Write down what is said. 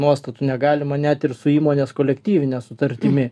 nuostatų negalima net ir su įmonės kolektyvine sutartimi